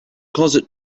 closet